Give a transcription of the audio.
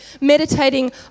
meditating